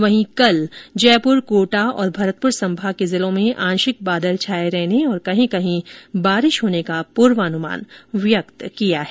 वहीं कल जयपुर कोटा और भरतपुर संभाग के जिलों में आंशिक बादल छाये रहने और कहीं कहीं बारिश होने का पूर्वानुमान व्यक्त किया गया है